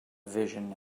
vision